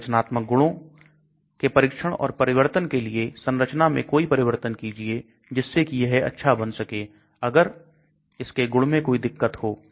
संरचनात्मक गुणों के परीक्षण और परिवर्तन के लिए संरचना में कोई परिवर्तन कीजिए जिससे कि यह अच्छा बन सके अगर इसके गुण में कोई दिक्कत हो